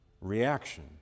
reaction